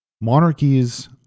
monarchies